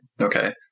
Okay